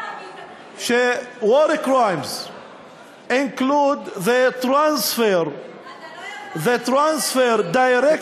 war crimes include the transfer directly or indirectly,